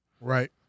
Right